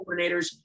coordinators